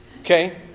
Okay